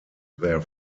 their